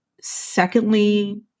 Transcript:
secondly